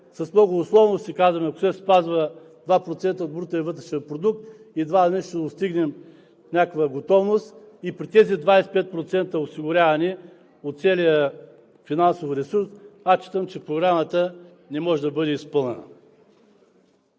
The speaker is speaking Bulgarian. с много условности казваме: ако се спазва 2% от брутния вътрешен продукт, едва ли не ще достигнем някаква готовност. При тези 25% осигуряване от целия финансов ресурс, аз считам, че Програмата не може да бъде изпълнена.